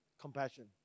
Compassion